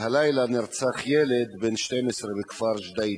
הלילה נרצח ילד בן 12 מהכפר ג'דיידה.